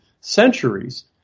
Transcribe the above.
centuries